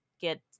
get